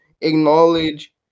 acknowledge